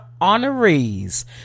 honorees